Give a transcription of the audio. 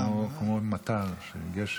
מטר של גשם.